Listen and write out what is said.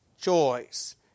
choice